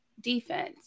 defense